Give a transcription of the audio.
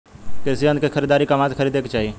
कृषि यंत्र क खरीदारी कहवा से खरीदे के चाही?